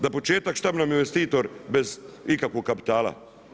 Da početak, šta bi nam investitor bez ikakvog kapitala?